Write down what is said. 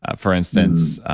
ah for instance,